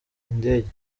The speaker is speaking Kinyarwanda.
indege